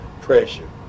pressure